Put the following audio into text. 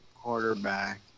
quarterback